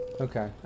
Okay